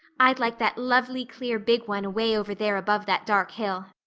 i'd like that lovely clear big one away over there above that dark hill.